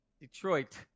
Detroit